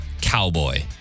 cowboy